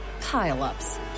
pile-ups